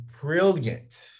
brilliant